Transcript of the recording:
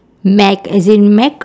mac as in mac